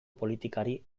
politikari